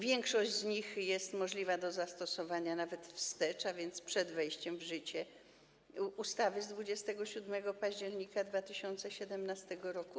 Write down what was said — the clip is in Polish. Większość z nich jest możliwa do zastosowania nawet wstecz, a więc przed wejściem w życie ustawy z 27 października 2017 r.